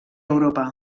europa